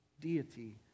deity